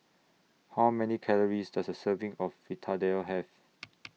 How Many Calories Does A Serving of Fritada Have